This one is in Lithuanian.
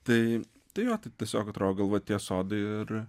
tai tai jo tai tiesiog atrodo gal va tie sodai ir